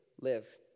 live